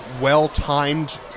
well-timed